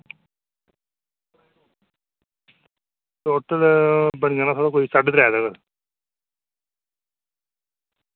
total बनी जाना थुआढ़ा कोई साढे त्रै तकर